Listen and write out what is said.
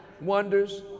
wonders